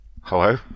Hello